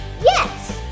Yes